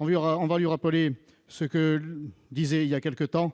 allons lui rappeler ce que disait, il y a quelque temps,